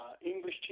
english